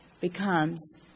becomes